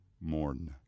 mourn